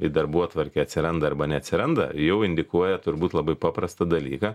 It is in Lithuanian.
į darbotvarkę atsiranda arba neatsiranda jau indikuoja turbūt labai paprastą dalyką